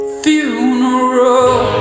funeral